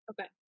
Okay